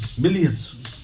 Millions